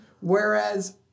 Whereas